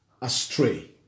astray